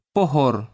Pohor